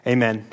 Amen